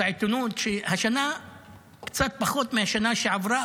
העיתונות שהשנה קצת פחות מהשנה שעברה,